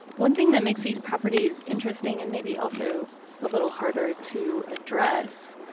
one thing that makes these properties interesting and maybe also a little harder to address,